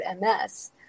MS